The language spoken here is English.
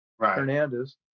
Hernandez